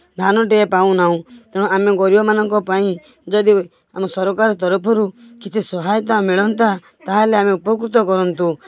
ଧାନ ଟିଏ ପାଉନାହୁଁ ତେଣୁ ଆମେ ଗରିବମାନଙ୍କ ପାଇଁ ଯଦି ଆମ ସରକାର ତରଫରୁ କିଛି ସହାୟତା ମିଳନ୍ତା ତାହେଲେ ଆମେ ଉପକୃତ କରନ୍ତୁ